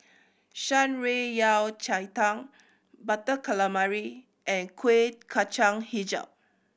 Shan Rui Yao Cai Tang Butter Calamari and Kueh Kacang Hijau